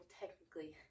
technically